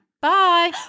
Bye